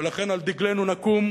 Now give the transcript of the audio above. ולכן על דגלנו נקום,